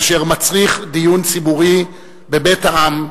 אשר מצריך דיון ציבורי בבית העם.